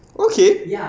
okay